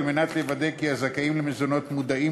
כדי לוודא כי הזכאים למזונות מודעים